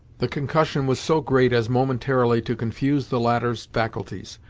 the concussion was so great as momentarily to confuse the latter's faculties.